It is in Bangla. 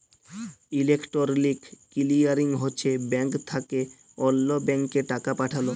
ইলেকটরলিক কিলিয়ারিং হছে ব্যাংক থ্যাকে অল্য ব্যাংকে টাকা পাঠাল